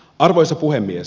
arvoisa puhemies